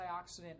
antioxidant